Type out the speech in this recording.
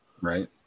right